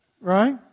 Right